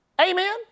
Amen